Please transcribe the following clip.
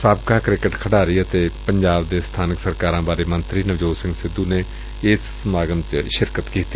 ਸਾਬਕਾ ਕ੍ਰਿਕੇਟ ਖਿਡਾਰੀ ਅਤੇ ਪੰਜਾਬ ਦੇ ਸਥਾਨਕ ਸਰਕਾਰਾ ਬਾਰੇ ਮੰਤਰੀ ਨਵਜੋਤ ਸਿੰਘ ਸਿੱਧੁ ਨੇ ਇਸ ਸਮਾਗਮ ਚ ਸ਼ਿਰਕਤ ਕੀਤੀ